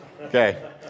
Okay